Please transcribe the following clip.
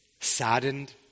saddened